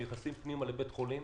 כשנכנסים פנימה לבית חולים